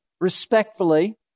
respectfully